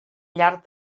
llarg